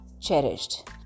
cherished